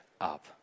up